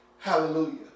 Hallelujah